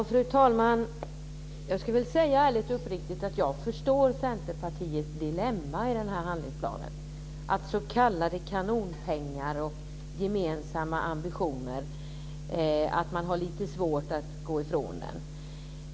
Fru talman! Jag ska ärligt och uppriktigt säga att jag förstår Centerpartiets dilemma med den här handlingsplanen om s.k. kanonpengar och gemensamma ambitioner och att man har lite svårt att gå ifrån den.